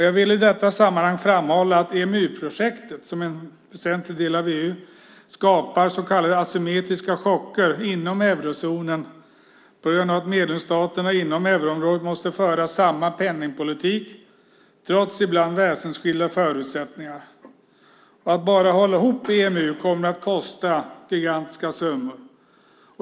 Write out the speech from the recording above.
Jag vill i detta sammanhang framhålla att EMU-projektet, som är en väsentlig del av EU, skapar så kallade asymmetriska chocker inom eurozonen på grund av att medlemsstaterna inom euroområdet måste föra samma penningpolitik trots ibland väsensskilda förutsättningar. Att bara hålla ihop EMU kommer att kosta gigantiska summor.